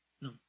no